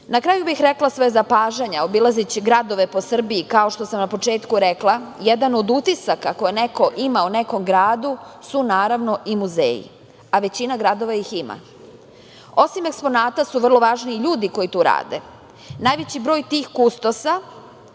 kraju bih rekla svoja zapažanja obilazeći gradove po Srbiji, kao što sam na početku rekla, jedan od utisaka koje neko ima o nekom gradu su, naravno i muzeji, a većina gradova ih ima. Osim eksponata su vrlo važni i ljudi koji tu rade. Najveći broj tih kustosa,